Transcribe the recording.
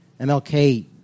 MLK